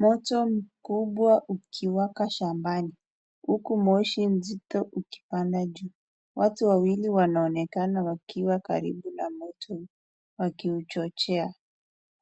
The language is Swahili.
Moto mkubwa ukiwaka shambani huku moshi mzito ikipanda juu. Watu wawili wanaonekana wakiwa karibu na moto huu wakiichochea